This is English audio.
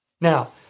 Now